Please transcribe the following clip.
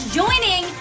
joining